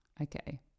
okay